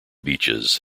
beaches